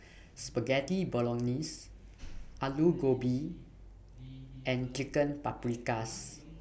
Spaghetti Bolognese Alu Gobi and Chicken Paprikas